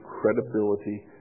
credibility